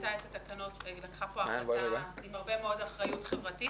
שינתה את התקנות ולקחה החלטה עם הרבה מאוד אחריות חברתית.